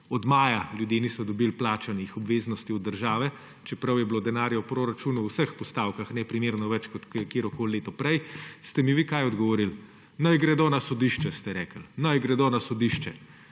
od maja ljudje niso dobili plačanih obveznosti od države, čeprav je bilo denarja v proračunu v vseh postavkah neprimerno več kot katerokoli leto prej –, ste mi vi odgovorili, da naj gredo na sodišče. Rekli ste, naj gredo na sodišče.